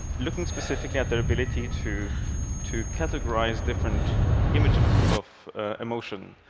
looking specifically at their ability to to categorize different images of emotion.